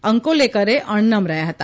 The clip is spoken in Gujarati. અંકોલેકર અણનમ રહ્યા હતા